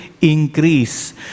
increase